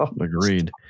Agreed